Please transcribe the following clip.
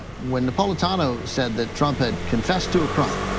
when napolitano said that trump had confessed to a crime,